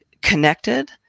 connected